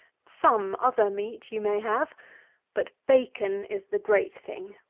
some other meat you may have but, bacon is the great thing.